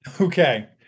Okay